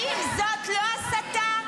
האם זאת לא הסתה?